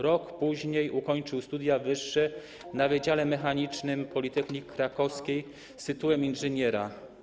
Rok później ukończył studia wyższe na Wydziale Mechanicznym Politechniki Krakowskiej z tytułem inżyniera.